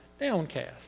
downcast